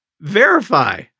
Verify